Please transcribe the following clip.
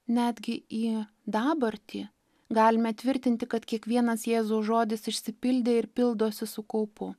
netgi į dabartį galime tvirtinti kad kiekvienas jėzaus žodis išsipildė ir pildosi su kaupu